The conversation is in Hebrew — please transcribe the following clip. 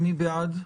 מי בעד?